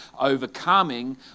overcoming